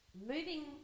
Moving